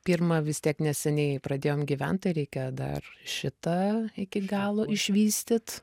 pirma vis tiek neseniai pradėjom gyvent tai reikia dar šitą iki galo išvystyt